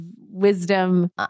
wisdom